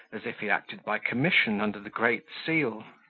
as if he acted by commission under the great seal.